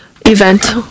event